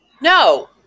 no